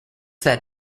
that